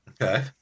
Okay